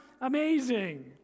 amazing